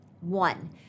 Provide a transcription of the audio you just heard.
One